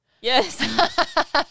Yes